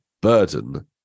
burden